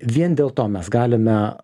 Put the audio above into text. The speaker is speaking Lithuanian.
vien dėl to mes galime